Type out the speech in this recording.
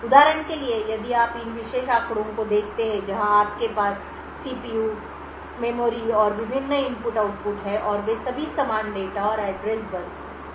उदाहरण के लिए यदि आप इन विशेष आंकड़ों को देखते हैं जहां आपके पास सीपीयू मेमोरी और विभिन्न इनपुट आउटपुट हैं और वे सभी समान डेटा और एड्रेस बस साझा करते हैं